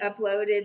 uploaded